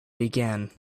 began